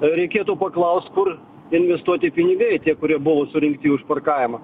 o reikėtų paklaust kur investuoti pinigai tie kurie buvo surinkti už parkavimą